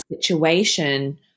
situation